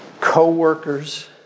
co-workers